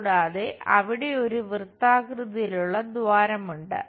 കൂടാതെ അവിടെ ഒരു വൃത്താകൃതിയിലുള്ള ദ്വാരമുണ്ട്